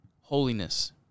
holiness